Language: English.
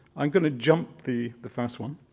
i'm going to jump the the first one